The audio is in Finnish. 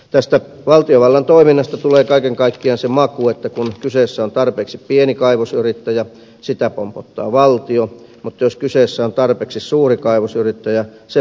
tästä valtiovallan toiminnasta tulee kaiken kaikkiaan se maku että kun kyseessä on tarpeeksi pieni kaivosyrittäjä sitä pompottaa valtio mutta jos kyseessä on tarpeeksi suuri kaivosyrittäjä se pompottaa valtiota